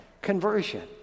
Conversion